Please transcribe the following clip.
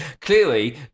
Clearly